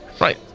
Right